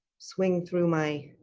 so going through my